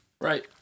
Right